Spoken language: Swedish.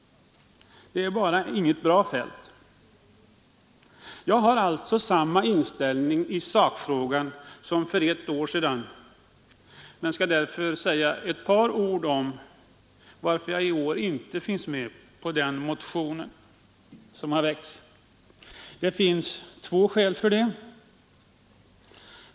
Det är helt enkelt inget bra förslag. Jag har samma inställning i sakfrågan som för ett år sedan men skall säga ett par ord om varför jag inte tillhör dem som har väckt årets motion. Det finns två skäl för det.